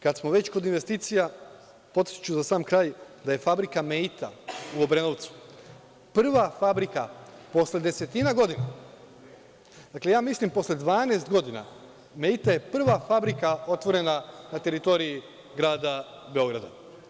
Kada smo već kod investicija, podsetiću za sam kraj, da je fabrika „Meita“ u Obrenovcu prva fabrika posle desetina godina, ja mislim posle 12 godina, „Meita“ je prva fabrika otvorena na teritoriji grada Beograda.